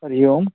हरिः ओम्